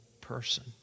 person